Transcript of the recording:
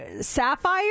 Sapphire